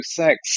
sex